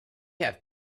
have